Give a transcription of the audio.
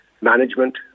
management